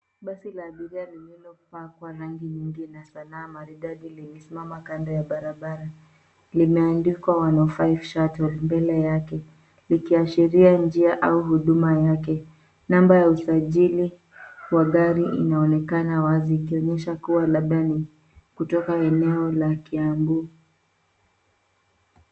Basi la abiria lililopakwa rangi nyingi na sanaa maridadi lilisimama kando ya barabara, limeandikwa 105 shuttle mbele yake likiashiria njia au huduma yake. number ya usajili inaonekana wazi ikionyesha labda ni ya kutoka eneo la Kiambu.